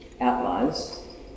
outlines